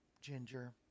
ginger